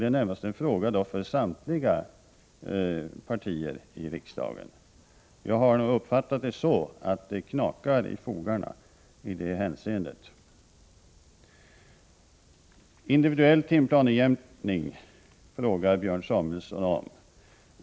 Det är en fråga till samtliga borgerliga partier i riksdagen. Jag har uppfattat det som att det knakar i fogarna i detta hänseende. Björn Samuelson frågar om den individuella timplanejämkningen.